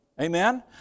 Amen